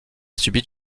subit